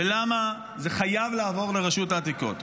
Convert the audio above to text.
ולמה זה חייב לעבור לרשות העתיקות.